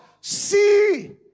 See